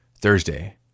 Thursday